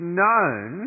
known